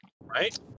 Right